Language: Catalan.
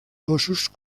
cossos